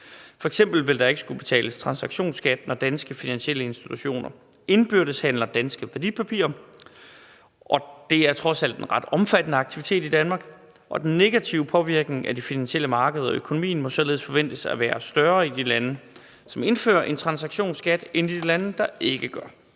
F.eks. vil der ikke skulle betales transaktionsskat, når danske finansielle institutioner indbyrdes handler danske værdipapirer, og det er trods alt en ret omfattende aktivitet i Danmark. Og den negative påvirkning af de finansielle markeder og økonomien må således forventes at være større i de lande, som indfører en transaktionsskat, end i de lande, der ikke gør.